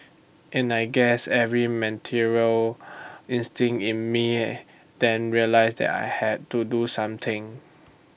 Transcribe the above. and I guess every maternal instinct in me then realised that I had to do something